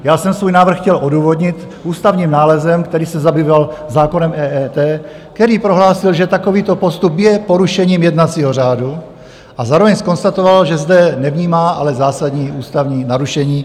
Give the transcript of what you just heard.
Já jsem svůj návrh chtěl odůvodnit ústavním nálezem, který se zabýval zákonem EET, který prohlásil, že takovýto postup je porušením jednacího řádu, a zároveň zkonstatoval, že zde nevnímá ale zásadní ústavní narušení.